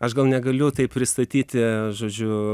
aš gal negaliu taip pristatyti žodžiu